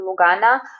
Lugana